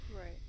Right